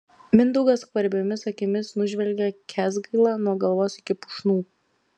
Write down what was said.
mindaugas skvarbiomis akimis nužvelgia kęsgailą nuo galvos iki pušnų